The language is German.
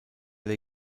lake